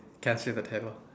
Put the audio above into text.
can't say the title